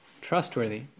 trustworthy